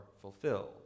fulfilled